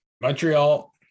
Montreal